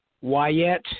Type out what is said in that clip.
Wyatt